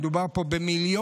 מדובר פה במיליונים,